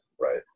right